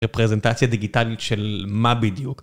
רפרזנטציה דיגיטלית של מה בדיוק.